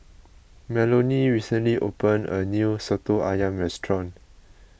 Melonie recently opened a new Soto Ayam restaurant